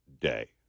day